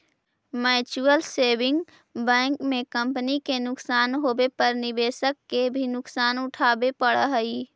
mutual saving bank में company के नुकसान होवे पर निवेशक के भी नुकसान उठावे पड़ऽ हइ